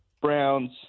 browns